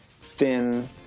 thin